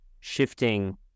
shifting